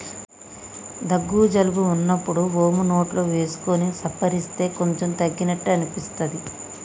దగ్గు జలుబు వున్నప్పుడు వోమ నోట్లో వేసుకొని సప్పరిస్తే కొంచెం తగ్గినట్టు అనిపిస్తది